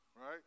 Right